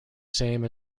same